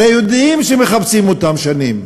הרי יודעים שמחפשים אותם שנים.